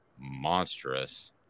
monstrous